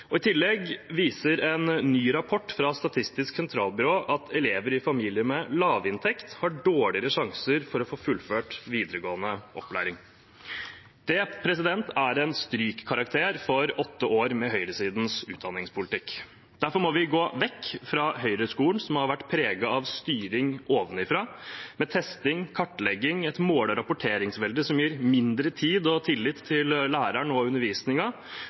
I tillegg viser en ny rapport fra Statistisk sentralbyrå at elever i familier med lav inntekt har dårligere sjanser for å få fullført videregående opplæring. Det er en strykkarakter for åtte år med høyresidens utdanningspolitikk. Derfor må vi gå vekk fra høyreskolen, som har vært preget av styring ovenfra, med testing og kartlegging – et måle- og rapporteringsvelde som gir mindre tid og tillit til læreren og